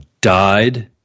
died